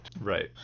Right